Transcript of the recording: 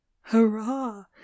hurrah